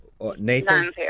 Nathan